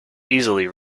easily